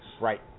Right